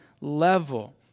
level